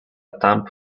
thumb